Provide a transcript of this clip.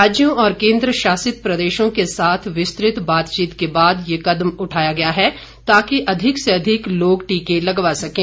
राज्यों और केंद्रशासित प्रदेशों के साथ विस्तृत बातचीत के बाद यह कदम उठाया गया है ताकि अधिक से अधिक लोग टीके लगवा सकें